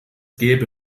gäbe